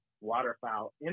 waterfowl